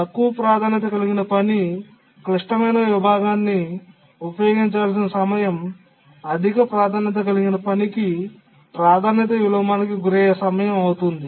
తక్కువ ప్రాధాన్యత కలిగిన పని క్లిష్టమైన విభాగాన్ని ఉపయోగించాల్సిన సమయం అధిక ప్రాధాన్యత కలిగిన పనికి ప్రాధాన్యత విలోమానికి గురయ్యే సమయం అవుతుంది